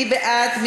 מי בעד?